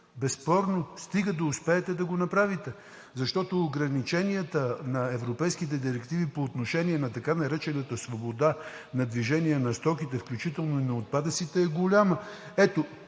Безспорно, стига да успеете да го направите. Защото ограниченията на европейските директиви по отношение на така наречената свобода на движение на стоките, включително и на отпадъците, е голямо.